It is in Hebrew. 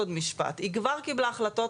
היא כבר קיבלה החלטות,